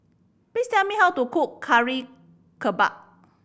please tell me how to cook kari kebal